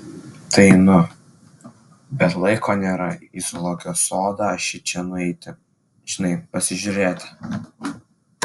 tai nu bet laiko nėra į zoologijos sodą šičia nueiti žinai pasižiūrėti